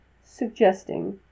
suggesting